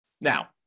Now